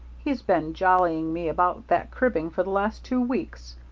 he's been jollying me about that cribbing for the last two weeks.